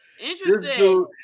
interesting